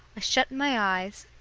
shut my eyes,